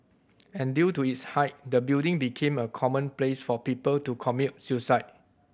and due to its height the building became a common place for people to commit suicide